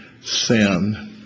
sin